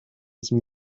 some